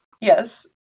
yes